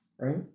right